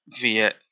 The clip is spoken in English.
via